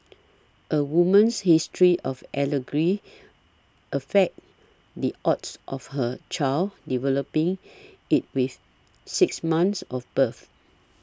a woman's history of allergy affects the odds of her child developing it within six months of birth